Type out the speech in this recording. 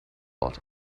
ort